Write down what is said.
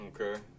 Okay